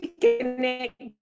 connect